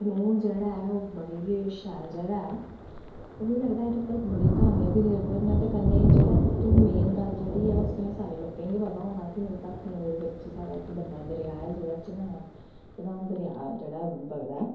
अखनूर जेह्ड़ा ऐ ओह् बड़ी गै शैल जगह ऐ ते कन्नै मिगी लगदा एह्दे पर बड़ियां क्हानियां बी निर्भर न ते कन्नै जेह्ड़ी सब तू मेन गल्ल जेह्ड़ी ऐ ओह् तुसेंगी लोकें गी पता होना मतलब कि साढ़ा अखनूर बिच्च इक्क बड्डा दरेआ ऐ जेह्का चन्हांऽ चन्हांऽ दरेआ जेह्ड़ा बगदा ऐ